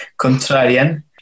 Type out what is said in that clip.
contrarian